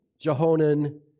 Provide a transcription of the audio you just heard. Jehonan